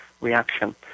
reaction